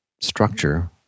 structure